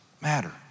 matter